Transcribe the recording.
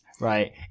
right